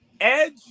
Edge